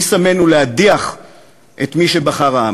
מי שמנו להדיח את מי שבחר העם?